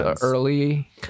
early